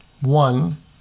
One